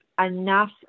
enough